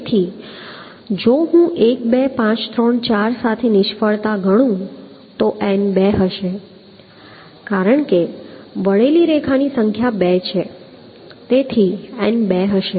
તેથી જો હું 1 2 5 3 4 સાથે નિષ્ફળતા ગણું તો n 2 હશે કારણ કે વળેલી રેખાની સંખ્યા 2 છે તેથી n 2 હશે